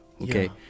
Okay